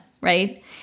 right